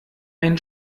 ein